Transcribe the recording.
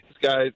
guys